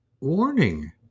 warning